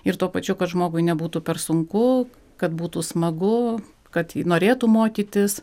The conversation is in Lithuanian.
ir tuo pačiu kad žmogui nebūtų per sunku kad būtų smagu kad ji norėtų mokytis